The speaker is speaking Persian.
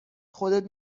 خودت